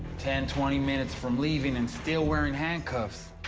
ten twenty minutes from leaving and still wearing handcuffs.